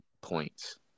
points